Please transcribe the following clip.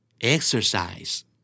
Exercise